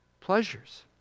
pleasures